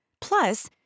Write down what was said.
Plus